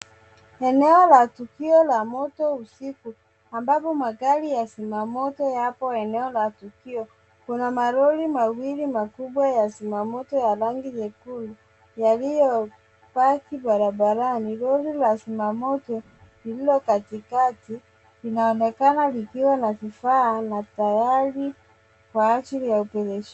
Eneo la tukio la moto usiku ambapo magari ya zima moto yapo eneo la tukio. Kuna malori mawili makubwa ya zima moto ya rangi nyekundu yaliyobaki barabarani. Lori la zima moto lililo katikati linaonekana likiwa na vifaa na tayari kwa ajili ya oparesh...